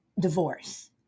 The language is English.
divorce